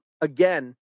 Again